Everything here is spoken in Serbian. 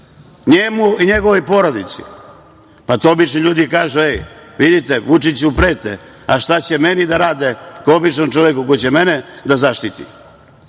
njemu i njegovoj porodici. To obični ljudi kažu – e, vidite, Vučiću prete, a šta će meni da rade kao običnom čoveku, ko će mene da zaštiti? Dame